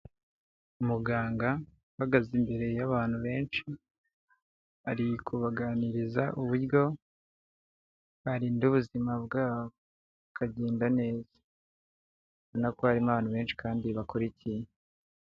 Umuganga uhagaze imbere y'abantu benshi, ari kubaganiriza uburyo barinda ubuzima bwabo, bukagenda neza, urabona ko harimo abantu benshi kandi bakurikiye.